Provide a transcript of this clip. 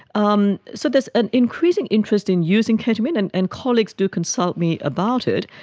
um so there's an increasing interest in using ketamine, and and colleagues do consult me about it.